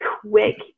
quick